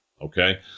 Okay